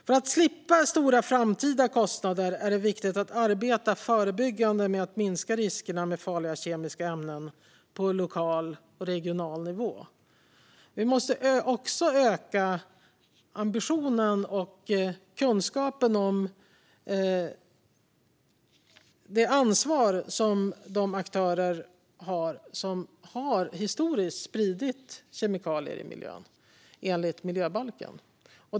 För att slippa stora framtida kostnader är det viktigt att arbeta förebyggande med att minska riskerna med farliga kemiska ämnen på lokal och regional nivå. Vi måste också öka ambitionen samt kunskapen om det ansvar som de aktörer som historiskt har spridit kemikalier i miljön har enligt miljöbalken.